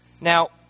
Now